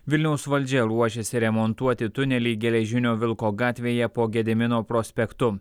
vilniaus valdžia ruošiasi remontuoti tunelį geležinio vilko gatvėje po gedimino prospektu